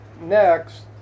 next